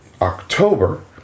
October